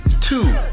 Two